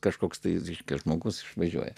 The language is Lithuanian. kažkoks tais reiškia žmogus važiuoja